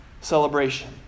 celebration